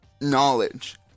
knowledge